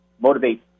motivate